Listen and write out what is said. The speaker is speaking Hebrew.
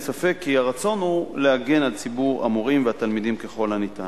ואין ספק כי הרצון הוא להגן על ציבור מורים והתלמידים ככל האפשר.